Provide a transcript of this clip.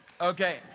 Okay